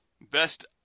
best